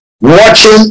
watching